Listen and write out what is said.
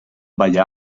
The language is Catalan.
ballar